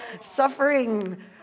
suffering